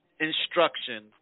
instruction